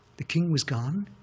the king was gone,